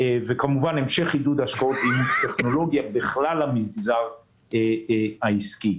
וכמובן המשך עידוד השקעות בטכנולוגיה בכלל המגזר העסקי.